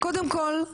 קודם כל,